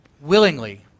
willingly